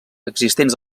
existents